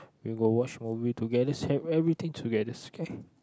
we go watch movie togethers ev~ everything togethers okay